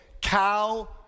Cow